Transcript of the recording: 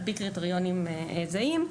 על פי קריטריונים זהים.